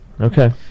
Okay